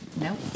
No